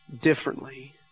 differently